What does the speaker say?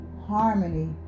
Harmony